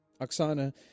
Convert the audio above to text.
Oksana